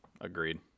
agreed